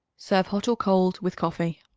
serve hot or cold with coffee.